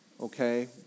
okay